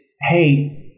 hey